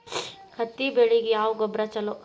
ಹತ್ತಿ ಬೆಳಿಗ ಯಾವ ಗೊಬ್ಬರ ಛಲೋ?